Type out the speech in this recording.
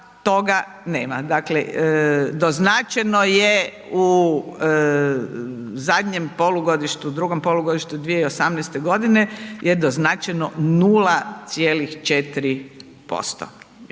toga nema. Dakle, doznačeno je u zadnjem polugodištu, drugom polugodištu 2018. je doznačeno 0,4%